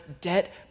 debt